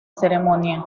ceremonia